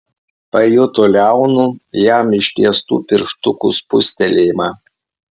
pajuto liaunų jam ištiestų pirštukų spustelėjimą